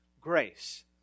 grace